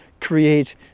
create